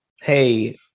hey